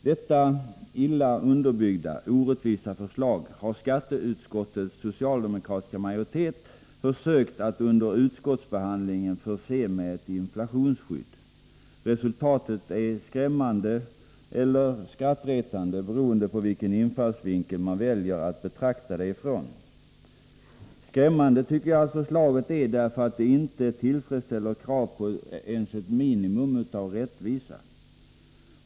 Detta illa underbyggda, orättvisa förslag har skatteutskottets socialdemokratiska majoritet försökt att under utskottsbehandlingen förse med ett inflationsskydd. Resultatet är skrämmande eller skrattretande beroende på vilken infallsvinkel man väljer att betrakta det ifrån. Skrämmande tycker jag förslaget är därför att det inte tillfredsställer krav på ens ett minimum av rättvisa.